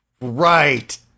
Right